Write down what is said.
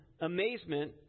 amazement